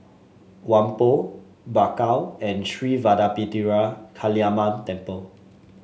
Whampoa Bakau and Sri Vadapathira Kaliamman Temple